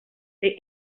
the